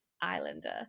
islander